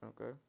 Okay